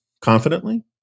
confidently